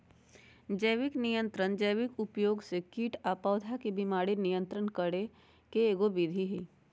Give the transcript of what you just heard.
जैविक नियंत्रण जैविक उपयोग से कीट आ पौधा के बीमारी नियंत्रित करे के एगो विधि हई